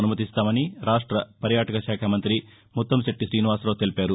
అనుమతిస్తామని రాష్ట పర్యాటక శాఖ మంత్రి ముత్తంశెట్టి శ్రీనివాసరావు తెలిపారు